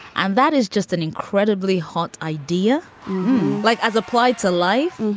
and that is just an incredibly hot idea like as applied to life.